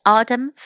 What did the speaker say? Autumn